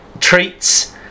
treats